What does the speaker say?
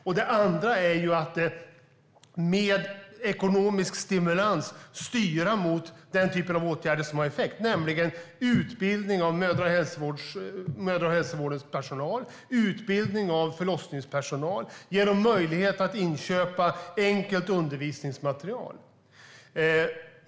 För det andra handlar det om att med hjälp av ekonomisk stimulans styra mot den typ av åtgärder som ger effekt, nämligen utbildning av mödra och hälsovårdens personal, utbildning av förlossningspersonal och ge dem möjlighet att inköpa enkelt undervisningsmaterial.